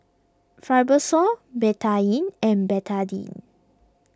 Fibrosol Betadine and Betadine